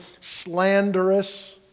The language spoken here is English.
slanderous